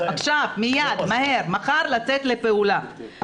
עכשיו, מיד, מהר, מחר לצאת לפעולה.